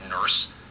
nurse